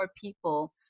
people